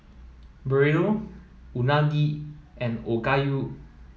Burrito Unagi and Okayu